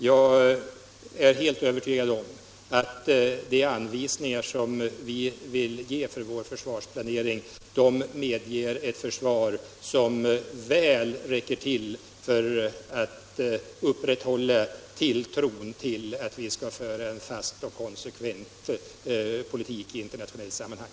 Jag är helt övertygad om att de anvisningar vi vill ge för försvarsplaneringen medger ett försvar som väl räcker till för att vi skall kunna upprätthålla tilltron för en fast och konsekvent politik i internationella sammanhang.